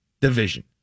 division